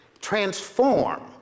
transform